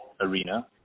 arena